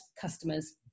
customers